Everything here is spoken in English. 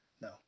No